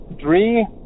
three